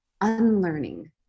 unlearning